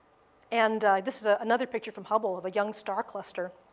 and this is ah another picture from hubble of a young star cluster.